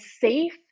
safe